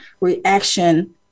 reaction